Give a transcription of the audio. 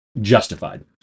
Justified